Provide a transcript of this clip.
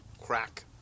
crack